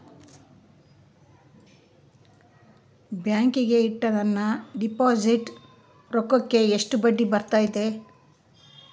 ಬ್ಯಾಂಕಿನಾಗ ಇಟ್ಟ ನನ್ನ ಡಿಪಾಸಿಟ್ ರೊಕ್ಕಕ್ಕ ಎಷ್ಟು ಬಡ್ಡಿ ಬರ್ತದ?